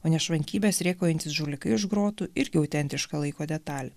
o nešvankybes rėkaujantys žulikai už grotų irgi autentiška laiko detalė